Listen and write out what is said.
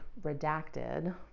redacted